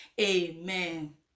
amen